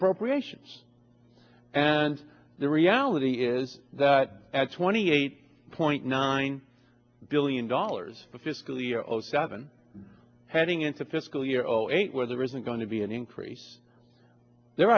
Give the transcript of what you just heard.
appropriations and the reality is that at twenty eight point nine billion dollars for fiscal year zero seven heading into fiscal year zero eight where there isn't going to be an increase there